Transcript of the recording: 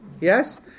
Yes